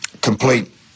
complete